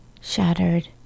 shattered